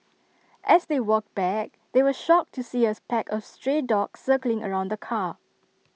as they walked back they were shocked to see A pack of stray dogs circling around the car